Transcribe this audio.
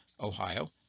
Ohio